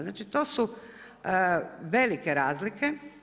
Znači, to su velike razlike.